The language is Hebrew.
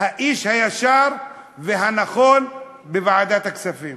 האיש הישר והנכון בוועדת הכספים.